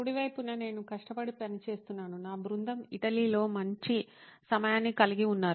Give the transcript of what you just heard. కుడి వైపున నేను కష్టపడి పనిచేస్తున్నాను నా బృందం ఇటలీలో మంచి సమయాన్ని కలిగి ఉన్నారు